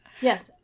Yes